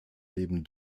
leben